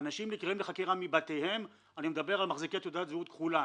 אנשים נקראי לחקירה מבתיהם אני מדבר על מחזיקי תעודת זהות כחולה.